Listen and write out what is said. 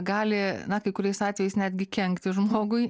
gali na kai kuriais atvejais netgi kenkti žmogui